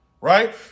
right